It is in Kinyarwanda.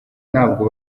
ntabyo